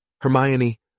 Hermione